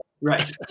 Right